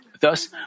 Thus